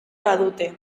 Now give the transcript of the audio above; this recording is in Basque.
badute